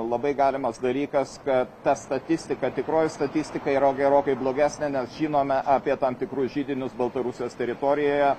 labai galimas dalykas kad ta statistika tikroji statistika yra gerokai blogesnė nes žinome apie tam tikrus židinius baltarusijos teritorijoje